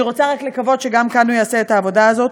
אני רוצה רק לקוות שגם כאן הוא יעשה את העבודה הזאת.